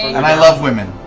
and i love women.